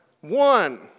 One